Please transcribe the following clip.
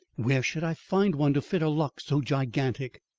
where should i find one to fit a lock so gigantic!